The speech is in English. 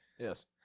yes